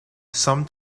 some